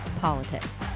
politics